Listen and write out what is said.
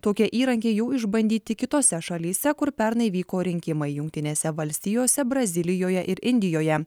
tokie įrankiai jau išbandyti kitose šalyse kur pernai vyko rinkimai jungtinėse valstijose brazilijoje ir indijoje